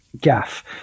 Gaff